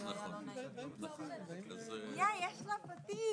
ישתנה המצב